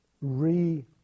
re